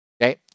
Okay